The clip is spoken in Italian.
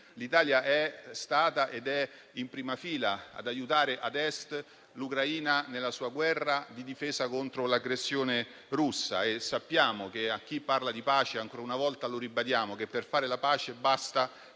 l'Italia è stata ed è in prima fila ad aiutare ad Est l'Ucraina nella sua guerra di difesa contro l'aggressione russa e a chi parla di pace ancora una volta ribadiamo che per fare la pace basta